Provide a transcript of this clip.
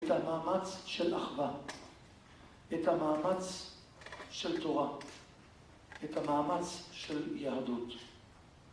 את המאמץ של אחווה, את המאמץ של תורה, את המאמץ של יהדות.